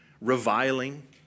reviling